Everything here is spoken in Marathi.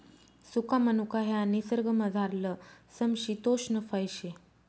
सुका मनुका ह्या निसर्गमझारलं समशितोष्ण फय शे